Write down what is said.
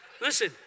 listen